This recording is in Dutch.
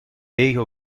wegen